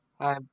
Hi